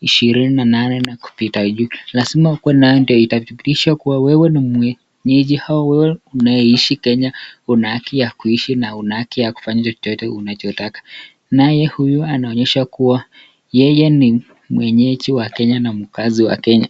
ishirini na nane na kupita juu. Lazima uwe nayo ndio itathibitisha kuwa wewe ni mwenyeji au wewe unayeishi Kenya una haki ya kuishi na una haki ya kufanya chochote unachotaka. Naye huyu anaonyesha kuwa yeye ni mwenyeji wa Kenya na mkazi wa Kenya.